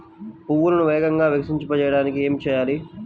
పువ్వులను వేగంగా వికసింపచేయటానికి ఏమి చేయాలి?